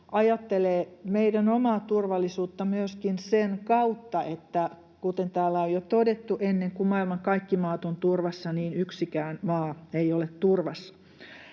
ajattelevat meidän omaa turvallisuuttamme myöskin sen kautta, että kuten täällä on jo todettu, ennen kuin maailman kaikki maat ovat turvassa, niin yksikään maa ei ole turvassa.